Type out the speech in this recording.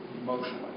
emotionally